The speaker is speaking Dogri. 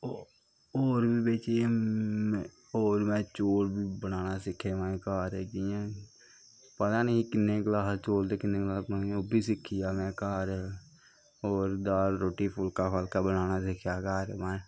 ओह् होर बी बिच्च इयां होर में चौल बनाना सिक्खे माए घर इ'यां पता निं किन्ने गलास चौल ते किन्ने गलास पानी ओह् बी सिक्खी गेआ में घर होर दाल रुट्टी फुल्का फल्का बनाना सिक्खेआ घर माए